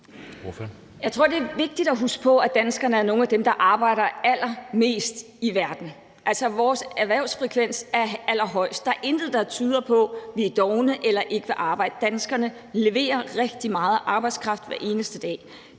Jeg tror, det er vigtigt at huske på, at danskerne er nogle af dem, der arbejder allermest i verden; altså, vores erhvervsfrekvens er allerhøjest. Der er intet, der tyder på, at vi er dovne eller ikke vil arbejde. Danskerne leverer rigtig meget arbejdskraft hver eneste dag.